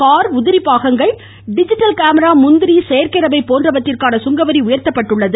car உதிரி பாகங்கள் digital camera முந்திரி செயற்கை ரப்பர் போன்றவைக்கான சுங்கவரி உயர்த்தப்பட்டுள்ளது